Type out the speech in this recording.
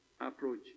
approach